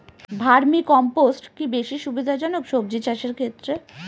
Vermi compost কি বেশী সুবিধা জনক সবজি চাষের ক্ষেত্রে?